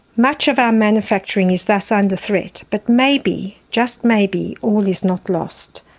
much of our manufacturing is thus under threat, but maybe, just maybe, all is not lost.